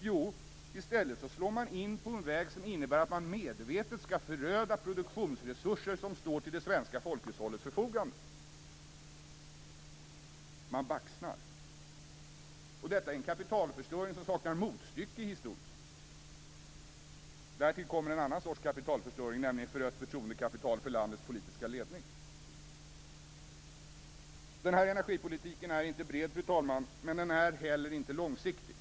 Jo, den slår in på en väg som innebär ett medvetet förödande av produktionsresurser som står till det svenska folkhushållets förfogande. Man baxnar. Det är en kapitalförstöring som saknar motstycke i historien. Därtill kommer en annan sorts kapitalförstöring, nämligen ett förödande av förtroendekapitalet för landets politiska ledning. Fru talman! Regeringens energipolitik är inte bred. Den är inte heller långsiktig.